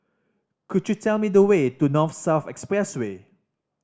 could you tell me the way to North South Expressway